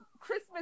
Christmas